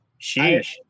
Sheesh